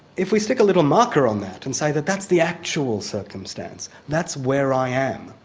if we stick a little marker on that and say that that's the actual circumstance, that's where i am,